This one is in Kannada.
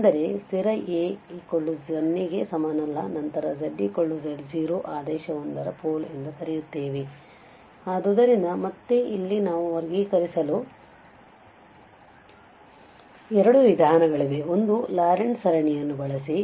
ಅಂದರೆ ಸ್ಥಿರ A 0 ಗೆ ಸಮನಲ್ಲ ನಂತರ zz0 ಆದೇಶ 1 ರ ಪೋಲ್ಎಂದು ಕರೆಯುತ್ತೇವೆ ಆದ್ದರಿಂದ ಮತ್ತೆ ಇಲ್ಲಿ ನಾವು ವರ್ಗೀಕರಿಸಲು ಎರಡು ವಿಧಾನಗಳಿವೆ ಒಂದು ಲಾರೆಂಟ್ ಸರಣಿಯನ್ನು ಬಳಸಿ